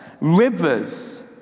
rivers